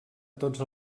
tots